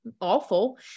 awful